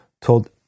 told